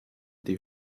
die